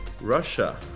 Russia